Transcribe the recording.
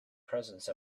presence